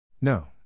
No